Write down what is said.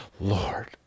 Lord